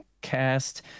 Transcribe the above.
cast